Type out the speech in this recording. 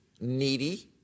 needy